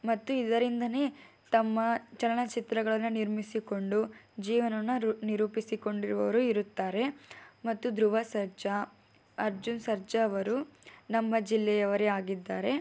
ಮತ್ತು ಇದರಿಂದಲೇ ತಮ್ಮ ಚಲನಚಿತ್ರಗಳನ್ನು ನಿರ್ಮಿಸಿಕೊಂಡು ಜೀವನವನ್ನು ರೂ ನಿರೂಪಿಸಿಕೊಂಡಿರುವವರೂ ಇರುತ್ತಾರೆ ಮತ್ತು ಧ್ರುವ ಸರ್ಜಾ ಅರ್ಜುನ್ ಸರ್ಜಾ ಅವರು ನಮ್ಮ ಜಿಲ್ಲೆಯವರೇ ಆಗಿದ್ದಾರೆ